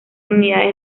unidades